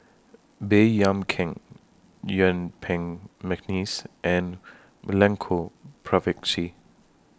Baey Yam Keng Yuen Peng Mcneice and Milenko Prvacki